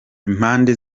impande